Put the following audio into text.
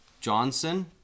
Johnson